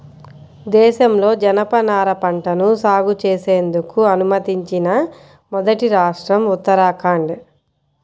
దేశంలో జనపనార పంటను సాగు చేసేందుకు అనుమతించిన మొదటి రాష్ట్రం ఉత్తరాఖండ్